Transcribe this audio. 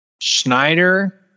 Schneider